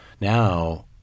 now